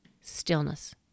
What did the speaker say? Stillness